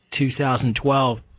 2012